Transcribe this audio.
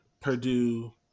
Purdue